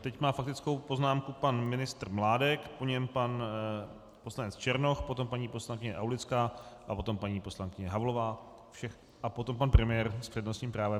Teď má faktickou poznámku pan ministr Mládek, po něm pan poslanec Černoch, potom paní poslankyně Aulická, potom paní poslankyně Havlová a potom pan premiér s přednostním právem.